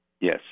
Yes